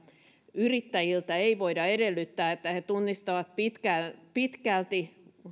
yrittäjiltä ei voida edellyttää että he tunnistavat pitkälti